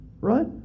Right